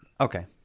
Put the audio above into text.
Okay